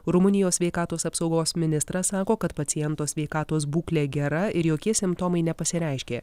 rumunijos sveikatos apsaugos ministras sako kad paciento sveikatos būklė gera ir jokie simptomai nepasireiškė